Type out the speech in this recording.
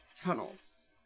tunnels